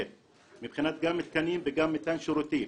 מבחינת גם תקנים וגם מתן שירותים.